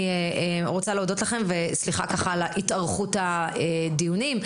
אני רוצה להודות לכם וסליחה על התארכות הדיון.